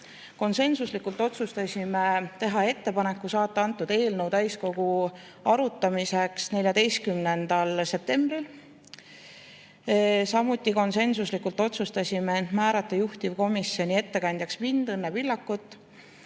Konsensuslikult otsustasime teha ettepaneku saata eelnõu täiskogule arutamiseks 14. septembril. Samuti konsensuslikult otsustasime määrata juhtivkomisjoni ettekandjaks mind, Õnne Pillakut.